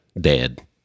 dead